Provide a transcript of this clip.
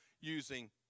using